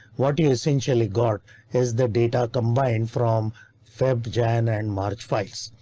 what you essentially got is the data combined from feb, jan and march files.